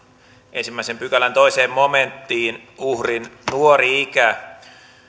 ensimmäisen pykälän toiseen momenttiin uhrin nuori ikä